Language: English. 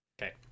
Okay